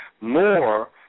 more